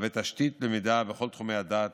מהווה תשתית ללמידה בכל תחומי הדעת.